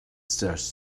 just